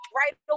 right